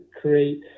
create